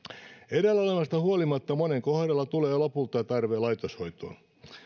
edellä olevasta huolimatta monen kohdalla tulee lopulta tarve laitoshoitoon